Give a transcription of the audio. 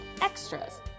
extras